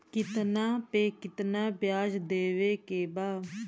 कितना पे कितना व्याज देवे के बा?